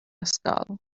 ysgol